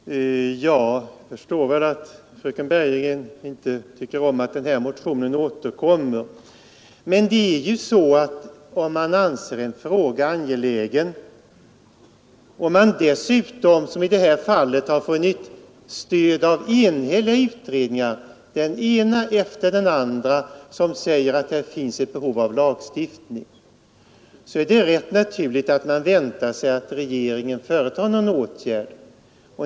Herr talman! Jag förstår väl att fröken Bergegren inte tycker om att den motion det här gäller återkommer, men om man anser en fråga angelägen och dessutom, som i detta fall, har funnit stöd av enhälliga utredningar — den ena efter den andra säger att det här finns ett behov av lagstiftning — är det rätt naturligt att man väntar sig att regeringen vidtar någon åtgärd.